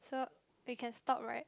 so we can stop right